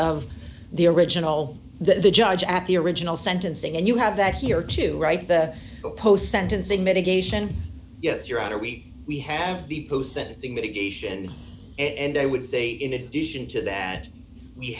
of the original the judge at the original sentencing and you have that here to write the post sentencing mitigation yes your honor we we have the post sentencing mitigation and i would say in addition to that we